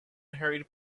hurried